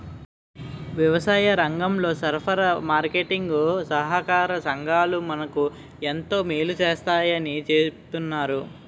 వ్యవసాయరంగంలో సరఫరా, మార్కెటీంగ్ సహాకార సంఘాలు మనకు ఎంతో మేలు సేస్తాయని చెప్తన్నారు